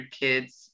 kids